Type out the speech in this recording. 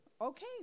okay